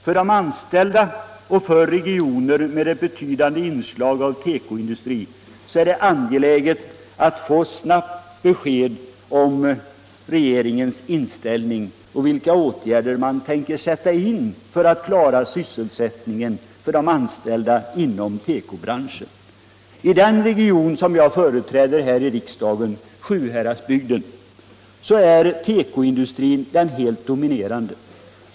För tekoarbetarna och för regioner med ett betydande inslag av tekoindustri är det angeläget att få ett snart besked om regeringens inställning och om vilka åtgärder man tänker sätta in för att klara sysselsättningen för anställda inom tekobranschen. I den region som jag företräder här i riksdagen, Sjuhäradsbygden, är tekoindustrin helt dominerande.